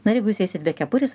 na ir jeigu jūs eisit bekepuris